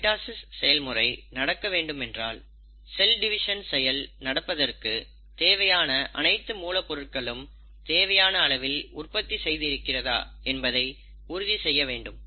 mitosis செயல்முறை நடக்க வேண்டும் என்றால் செல் டிவிஷன் செயல் நடப்பதற்கு தேவையான அனைத்து மூலப்பொருட்களும் தேவையான அளவில் உற்பத்தி செய்து இருக்கிறதா என்பதை உறுதி செய்ய வேண்டும்